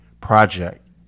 project